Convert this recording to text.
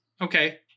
okay